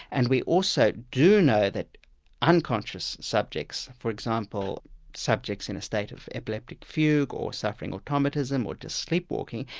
and we also do know that unconscious subjects, for example subjects in a state of epileptic fugue or suffering automatism, or just sleepwalking,